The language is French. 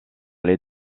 les